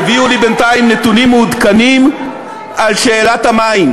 הביאו לי בינתיים נתונים מעודכנים על שאלת המים,